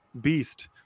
beast